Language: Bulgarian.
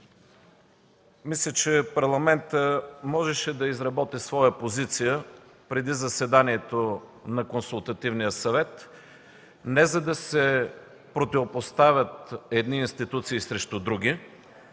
Мисля, че Парламентът можеше да изработи своя позиция преди заседанието на Консултативния съвет не за да се противопоставят едни институции срещу други,